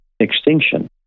Extinction